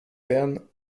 bern